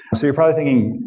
so you're probably thinking,